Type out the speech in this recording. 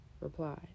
replied